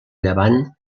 llevant